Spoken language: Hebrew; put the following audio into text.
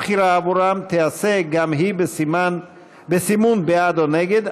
הבחירה עבורם תיעשה גם היא בסימון "בעד" או "נגד",